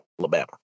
Alabama